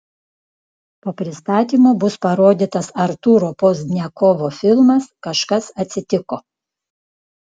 po pristatymo bus parodytas artūro pozdniakovo filmas kažkas atsitiko